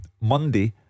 Monday